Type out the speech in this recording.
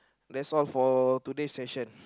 that's all for today session